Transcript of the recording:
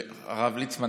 הרב ליצמן,